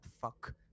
fuck